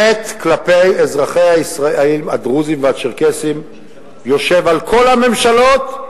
החטא כלפי אזרחי ישראל הדרוזים והצ'רקסים יושב על כל הממשלות,